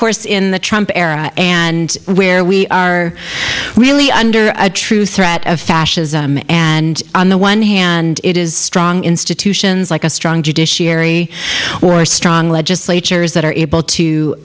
course in the trump era and where we are really under a true threat of fascism and on the one hand it is strong institutions like a strong judiciary or strong legislature is that are able to